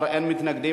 13 בעד, אין מתנגדים.